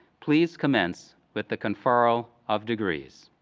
please commence with the conferral of degrees?